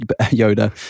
Yoda